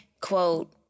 quote